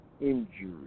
injury